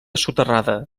soterrada